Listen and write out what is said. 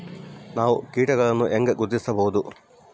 ನಾವು ಕೇಟಗಳನ್ನು ಹೆಂಗ ಗುರ್ತಿಸಬಹುದು?